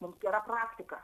mums tai yra praktika